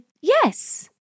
yes